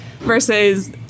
versus